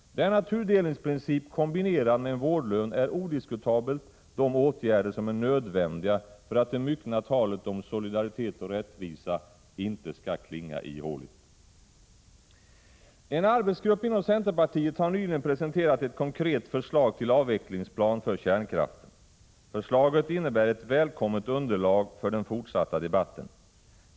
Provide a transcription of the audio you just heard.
Denna tudelningsprincip kombinerad med en vårdlön är odiskutabelt de åtgärder som är nödvändiga för att det myckna talet om solidaritet och rättvisa inte skall klinga ihåligt. En arbetsgrupp inom centerpartiet har nyligen presenterat ett konkret förslag till avvecklingsplan för kärnkraften. Förslaget innebär ett välkommet underlag för den fortsatta debatten.